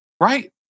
Right